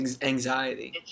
Anxiety